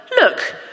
Look